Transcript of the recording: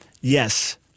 Yes